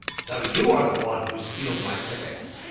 so you are the one who steals my chickens!